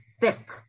thick